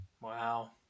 Wow